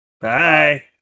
Bye